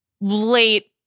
late